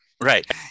Right